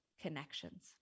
connections